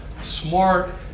smart